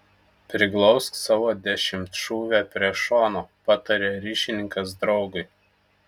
priglausk savo dešimtšūvę prie šono pataria ryšininkas draugui